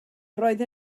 roedd